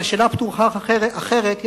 ועל שאלה פתוחה אחרת,